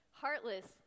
heartless